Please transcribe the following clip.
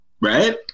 right